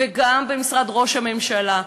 גם במשרד ראש הממשלה,